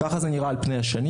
ככה זה נראה על פני השנים.